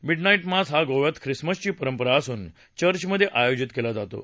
midnight mass हा गोव्यात खिसमसची परंपरा असून चर्चमध्ये आयोजित केला जातो